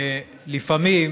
לפעמים